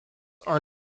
are